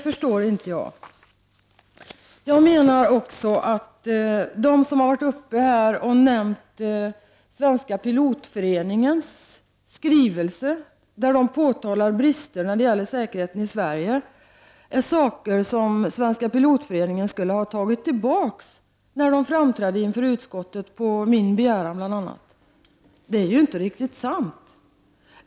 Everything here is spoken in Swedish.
Några som har varit uppe i dagens debatt har nämnt att Svenska pilotföreningen vid en utfrågning i utskottet, som bl.a. skedde på min begäran, skulle ha tagit tillbaka de påtalanden som man i en skrivelse har gjort om brister i flygsäkerheten i Sverige. Detta är inte riktigt sant.